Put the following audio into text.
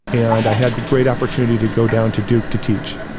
and i had the great opportunity to go down to duke to teach.